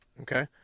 Okay